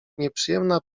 nieprzyjemna